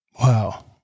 Wow